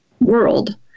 world